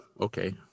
okay